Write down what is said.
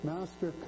Master